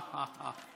הא, הא,